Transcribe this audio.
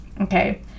Okay